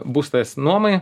būstas nuomai